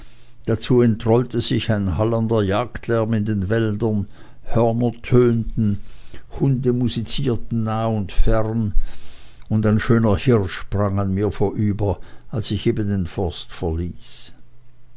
dazu entrollte sich ein hallender jagdlärm in den wäldern hörner tönten hunde musizierten fern und nah und ein schöner hirsch sprang an mir vorüber als ich eben den forst verließ